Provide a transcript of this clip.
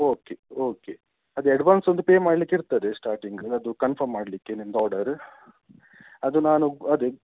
okay okay ಅದು advance ಒಂದು pay ಮಾಡಲಿಕ್ಕಿರ್ತದೆ ಸ್ಟಾರ್ಟಿಂಗ್ ಅದು ಕನ್ಫಮ್ ಮಾಡಲಿಕ್ಕೆ ನಿಮ್ದು ಆರ್ಡರ್ ಅದು ನಾನು ಅದೇ